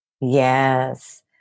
Yes